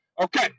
Okay